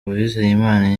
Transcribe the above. uwizeyimana